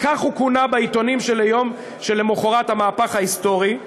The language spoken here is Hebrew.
כך הוא כונה בעיתונים ביום שלמחרת המהפך ההיסטורי,